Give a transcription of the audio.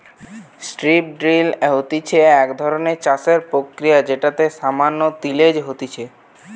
strip drill হতিছে এক ধরণের চাষের প্রক্রিয়া যেটাতে সামান্য তিলেজ হতিছে